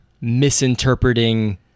misinterpreting